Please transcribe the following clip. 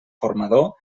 formador